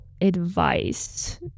advice